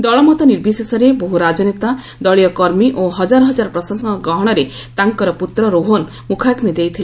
ଦଳମତ ନିର୍ବିଶେଷରେ ବହ୍ର ରାଜନେତା ଦଳୀୟ କର୍ମୀ ଓ ହଜାର ହଜାର ପ୍ରଶଂସକଙ୍କ ଗହଶରେ ତାଙ୍କର ପ୍ରତ୍ର ରୋହନ ମ୍ରଖାଗି ଦେଇଥିଲେ